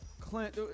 clint